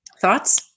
Thoughts